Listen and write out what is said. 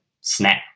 snap